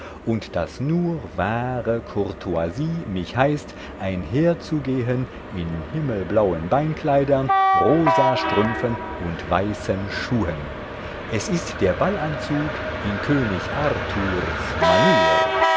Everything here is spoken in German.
und daß nur wahre courtoisie mich heißt einherzugehen in himmelblauen beinkleidern rosastrümpfen und weißen schuhen es ist der ballanzug in könig arthurs manier